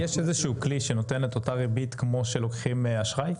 יש איזשהו כלי שנותן את אותה ריבית כמו שלוקחים אשראי?